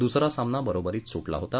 दुसरा सामना बरोबरीत सुटला होता